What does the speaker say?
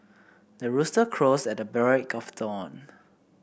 the rooster crows at the break of dawn